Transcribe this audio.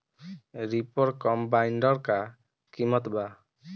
Reaper कम्बाइंडर का किमत बा?